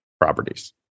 properties